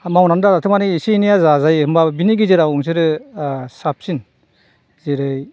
दा मावनानै दाजाथों माने एसे एनैया जाजायो होनबाबो बेनि गेजेराव नोंसोरो साबसिन जेरै